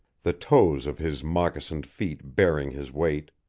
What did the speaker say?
the toes of his moccasined feet bearing his weight.